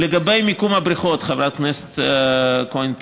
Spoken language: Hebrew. לגבי מיקום הבריכות, חברת הכנסת כהן-פארן,